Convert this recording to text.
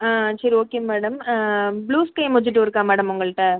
ஆ சரி okay madam blue sky mojito இருக்கா madam உங்கள்கிட்ட